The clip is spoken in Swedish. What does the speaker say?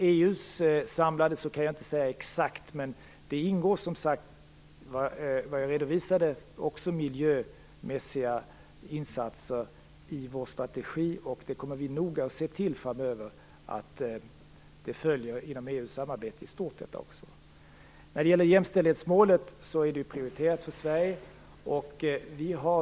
Jag kan inte säga exakt vad som gäller i EU, men miljömässiga insatser ingår i vår strategi och vi kommer noga att se till att detta följs inom EU:s samarbete i stort. Jämställdhetsmålet är prioriterat för Sverige.